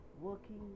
working